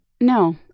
No